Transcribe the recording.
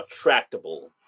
attractable